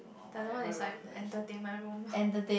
the other one is like entertainment room